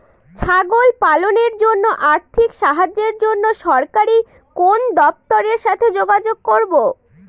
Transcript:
ছাগল পালনের জন্য আর্থিক সাহায্যের জন্য সরকারি কোন দপ্তরের সাথে যোগাযোগ করব?